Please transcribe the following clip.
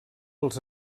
els